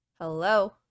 Hello